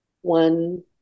one